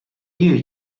you